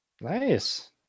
Nice